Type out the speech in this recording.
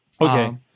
Okay